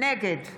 נגד